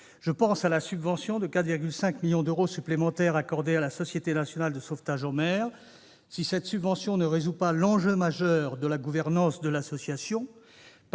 Je pense à la subvention de 4,5 millions d'euros supplémentaires accordés à la SNSM. Si cette subvention ne résout pas l'enjeu majeur de la gouvernance de l'association,